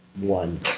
one